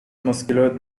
muscular